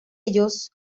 ellos